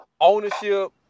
ownership